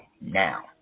now